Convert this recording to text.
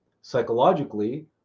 Psychologically